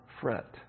fret